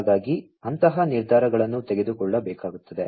ಹಾಗಾಗಿ ಅಂತಹ ನಿರ್ಧಾರಗಳನ್ನು ತೆಗೆದುಕೊಳ್ಳಬೇಕಾಗುತ್ತದೆ